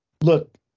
look